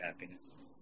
happiness